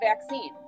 vaccine